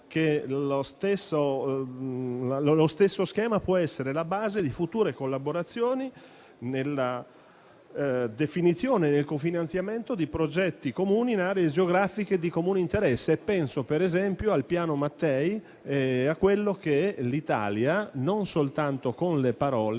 che lo stesso schema può essere la base di future collaborazioni nella definizione del cofinanziamento di progetti comuni in aree geografiche di comune interesse. Penso per esempio al Piano Mattei e a quello che l'Italia, non soltanto con le parole,